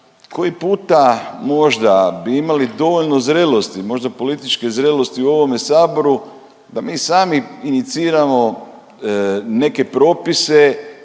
koji puta možda bi imali dovoljno zrelosti, možda političke zrelosti u ovome Saboru da mi sami iniciramo neke propise